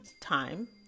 time